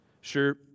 Sure